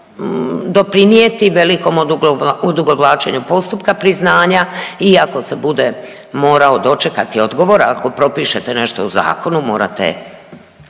doprinijeti velikom odugovlačenju postupka priznanja i ako se bude morao dočekati odgovor, ako propišete nešto u zakonu morate